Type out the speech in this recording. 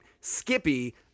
Skippy